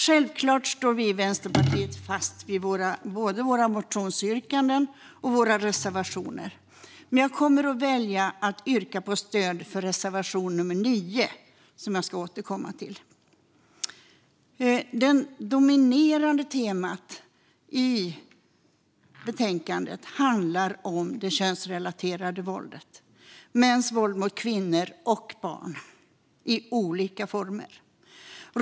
Självklart står vi i Vänsterpartiet fast vid både våra motionsyrkanden och våra reservationer. Jag väljer dock att yrka bifall enbart till reservation nummer 9, som jag ska återkomma till. Det dominerande temat i betänkandet är det könsrelaterade våldet, mäns våld i olika former mot kvinnor och barn.